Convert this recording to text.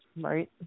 right